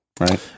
right